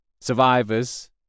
Survivors